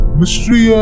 mystery